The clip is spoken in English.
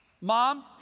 Mom